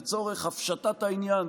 לצורך הפשטת העניין,